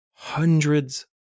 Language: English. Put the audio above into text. hundreds